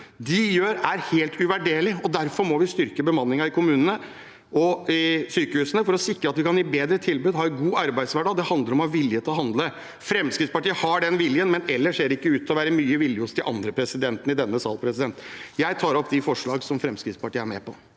de gjør, er helt uvurderlig, og derfor må vi styrke bemanningen i kommunene og ved sykehusene for å sikre at de kan gi bedre tilbud og ha en god arbeidshverdag. Det handler om å ha vilje til å handle. Fremskrittspartiet har den viljen, men ellers ser det ikke ut til å være mye vilje hos de andre i denne salen. Jeg tar opp de resterende forslagene som Fremskrittspartiet er med på.